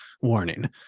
warning